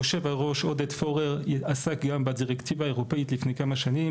יושב הראש עודד פורר עסק גם בדירקטיבה האירופאית לפני כמה שנים,